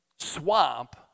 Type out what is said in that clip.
swamp